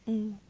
嗯